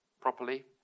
properly